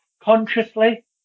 consciously